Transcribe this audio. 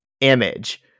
image